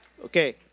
Okay